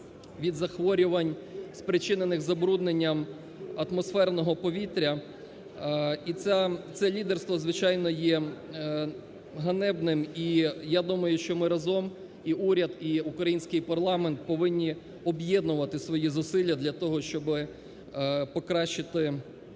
від захворювань спричинених забрудненням атмосферного повітря, і це лідерство, звичайно є ганебним, і я думаю, що ми разом і уряд, і український парламент повинні об'єднувати свої зусилля для того, щоб покращити